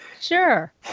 Sure